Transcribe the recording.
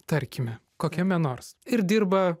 tarkime kokiame nors ir dirba